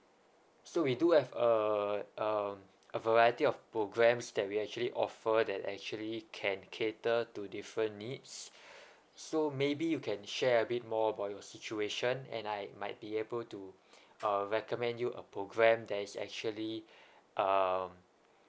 so we do have a um a variety of programmes that we actually offer that actually can cater to different needs so maybe you can share a bit more about your situation and I might be able to uh recommend you a programme that is actually um